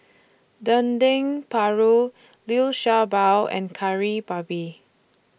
Dendeng Paru Liu Sha Bao and Kari Babi